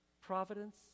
providence